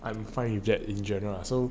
I'm fine with that in general ah so